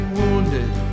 wounded